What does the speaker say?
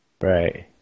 right